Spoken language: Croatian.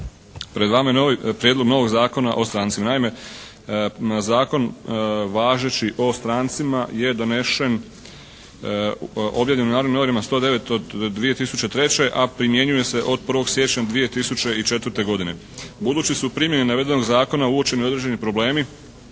Pred vama je novi prijedlog novog Zakona o strancima. Naime na Zakon važeći o strancima je donesen, objavljen u "Narodnim novinama" 109. od 2003., a primjenjuje se od 1. siječnja 2004. godine. Budući su primjene navedenog zakona uočeni određeni problemi,